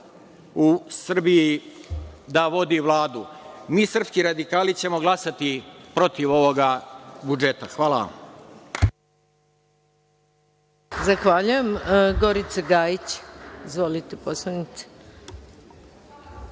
u Srbiji vodi Vladu. Mi srpski radikali ćemo glasati protiv ovog budžeta. Hvala.